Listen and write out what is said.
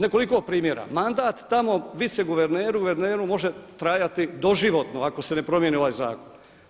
Nekoliko primjera, mandat tamo viceguverneru i guverneru može trajati doživotno ako se ne promijeni ovaj zakon.